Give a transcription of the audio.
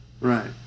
Right